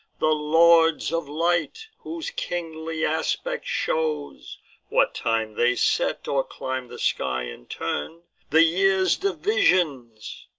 the lords of light, whose kingly aspect shows what time they set or climb the sky in turn the year's divisions,